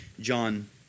John